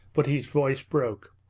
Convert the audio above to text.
but his voice broke.